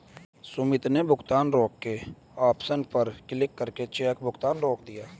सुमित ने भुगतान रोके ऑप्शन पर क्लिक करके चेक भुगतान रोक दिया